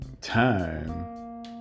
time